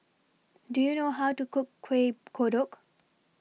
Do YOU know How to Cook Kueh Kodok